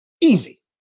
Easy